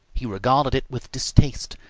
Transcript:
he regarded it with distaste,